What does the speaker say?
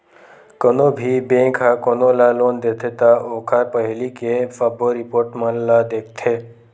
कोनो भी बेंक ह कोनो ल लोन देथे त ओखर पहिली के सबो रिपोट मन ल देखथे